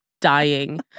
dying